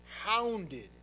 hounded